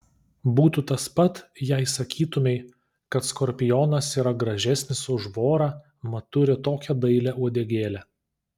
būtų tas pat jei sakytumei kad skorpionas yra gražesnis už vorą mat turi tokią dailią uodegėlę